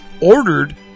ordered